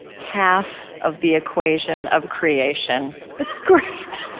half of the equation of creation. it's great.